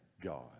God